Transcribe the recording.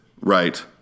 right